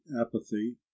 apathy